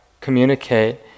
communicate